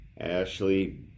Ashley